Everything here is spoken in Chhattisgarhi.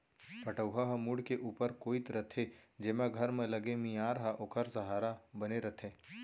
पटउहां ह मुंड़ के ऊपर कोइत रथे जेमा घर म लगे मियार ह ओखर सहारा बने रथे